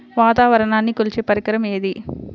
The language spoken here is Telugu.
వాతావరణాన్ని కొలిచే పరికరం ఏది?